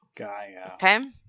okay